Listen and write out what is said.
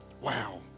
Wow